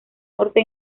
norte